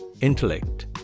Intellect